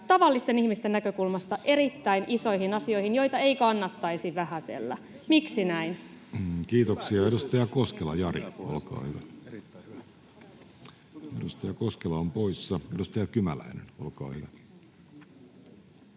tavallisten ihmisten näkökulmasta erittäin isoihin asioihin, joita ei kannattaisi vähätellä. Miksi näin? Kiitoksia. — Edustaja Koskela, Jari on poissa. Edustaja Kymäläinen poissa. — Edustaja Honkonen, olkaa hyvä.